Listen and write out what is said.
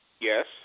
Yes